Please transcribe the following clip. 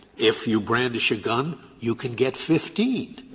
if you brandish a gun, you can get fifteen.